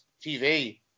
TV